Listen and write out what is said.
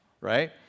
right